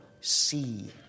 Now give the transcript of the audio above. see